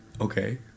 okay